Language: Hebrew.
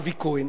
אבי כהן,